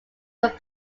were